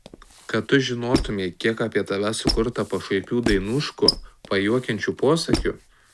kad tu žinotumei kiek apie tave sukurta pašaipių dainuškų pajuokiančių posakių